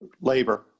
Labor